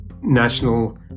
national